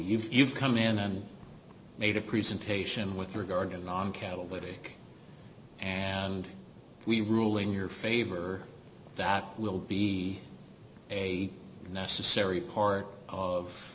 you've come in and made a presentation with regard to non catalytic and we ruling your favor that will be a necessary part of